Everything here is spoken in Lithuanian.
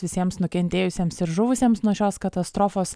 visiems nukentėjusiems ir žuvusiems nuo šios katastrofos